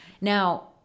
Now